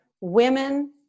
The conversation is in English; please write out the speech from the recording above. women